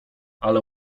ale